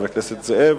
חבר הכנסת זאב,